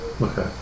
Okay